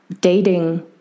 dating